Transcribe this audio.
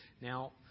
Now